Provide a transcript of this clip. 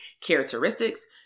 characteristics